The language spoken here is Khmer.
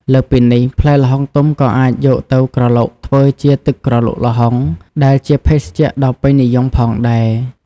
លើសពីនេះ ផ្លែល្ហុងទុំក៏អាចយកទៅក្រឡុកធ្វើជា ទឹកក្រឡុកល្ហុង ដែលជាភេសជ្ជៈដ៏ពេញនិយម ផងដែរ។